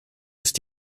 ist